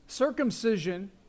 circumcision